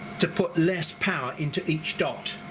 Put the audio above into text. to put less power into each dot.